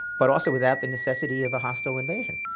but also without the necessity of a hostile invasion.